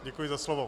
Děkuji za slovo.